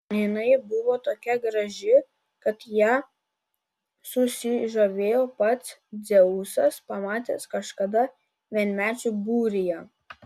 jinai buvo tokia graži kad ja susižavėjo pats dzeusas pamatęs kažkada vienmečių būryje